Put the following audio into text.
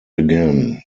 again